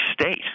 state